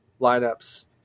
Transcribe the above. lineups